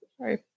sorry